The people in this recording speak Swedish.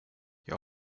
jag